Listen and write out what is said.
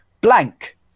blank